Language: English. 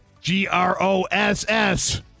G-R-O-S-S